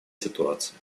ситуации